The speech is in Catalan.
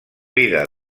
vida